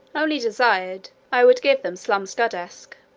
only desired i would give them slumskudask,